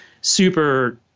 super